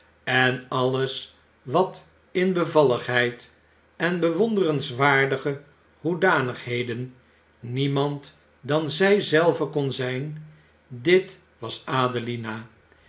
en alles wat in bevalligheid en bewonderenswaardige hoedanigheden niemand dan zy zelve kon zn dit was adelina